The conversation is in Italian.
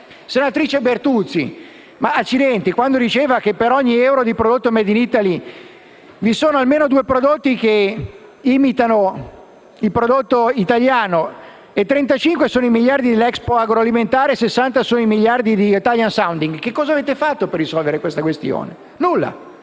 Senatrice Bertuzzi - accidenti - ha detto che, per ogni euro di prodotto *made in Italy,* vi sono almeno due prodotti che imitano il prodotto italiano; che 35 sono i miliardi dell'*export* agroalimentare e 60 i miliardi dell'*italian sounding.* Ma che cosa avete fatto per risolvere la questione? Nulla.